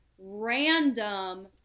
random